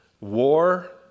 war